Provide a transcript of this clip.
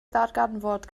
ddarganfod